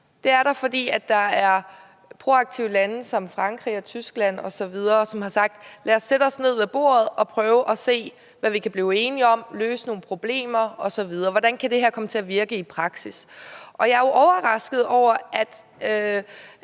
Det er der, fordi der er proaktive lande som Frankrig og Tyskland osv., som har sagt: Lad os sætte os ned ved bordet og prøve at se, hvad vi kan blive enige om, løse nogle problemer osv., se, hvordan det her kan komme til at virke i praksis. Jeg er overrasket over, at